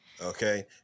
Okay